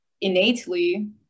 innately